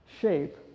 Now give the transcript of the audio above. shape